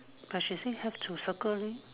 but she say have to circle leh